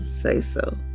say-so